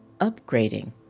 upgrading